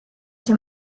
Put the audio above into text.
dem